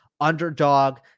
underdog